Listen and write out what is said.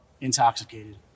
intoxicated